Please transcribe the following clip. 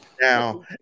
Now